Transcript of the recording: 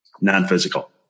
non-physical